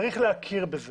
למה להפריד את זה?